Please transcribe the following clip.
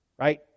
Right